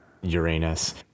Uranus